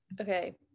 okay